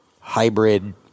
hybrid